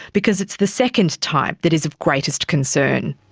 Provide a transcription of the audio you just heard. because it's the second type that is of greatest concern.